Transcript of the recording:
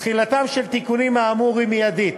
תחילתם של התיקונים האמורים היא מיידית,